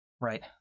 Right